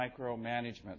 micromanagement